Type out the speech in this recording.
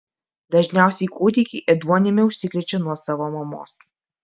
dažniausiai kūdikiai ėduonimi užsikrečia nuo savo mamos